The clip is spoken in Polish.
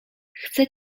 chcę